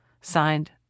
Signed